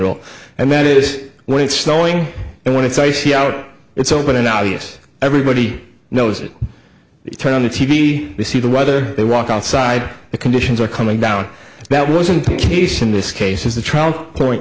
rule and that is when it's snowing and when it's icy out it's open obvious everybody knows turn on the t v see the weather they walk outside the conditions are coming down that wasn't the case in this case as the trial point